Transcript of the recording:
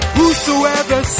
Whosoever